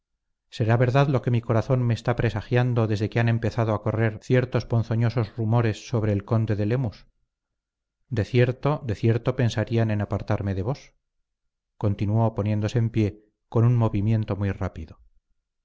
será verdad lo que mi corazón me está presagiando desde que han empezado a correr ciertos ponzoñosos rumores sobre el conde de lemus de cierto de cierto pensarían en apartarme de vos continuó poniéndose en pie con un movimiento muy rápido